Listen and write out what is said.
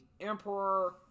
Emperor